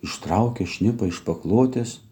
ištraukė šnipą iš paklotės